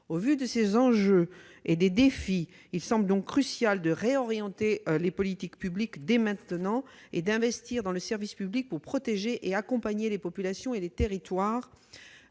Au vu de ces enjeux et de ces défis, il semble crucial de réorienter les politiques publiques dès maintenant et d'investir dans le service public pour protéger et accompagner les populations et les élus des territoires.